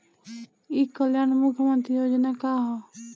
ई कल्याण मुख्य्मंत्री योजना का है?